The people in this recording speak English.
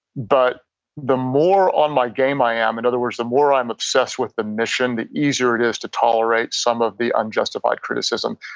but the more on my game i am, in and other words, the more i'm obsessed with the mission, the easier it is to tolerate some of the unjustified criticism.